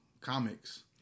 comics